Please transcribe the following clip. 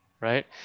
right